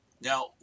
Now